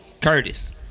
Curtis